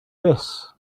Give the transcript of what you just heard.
this